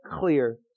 clear